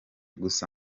gusa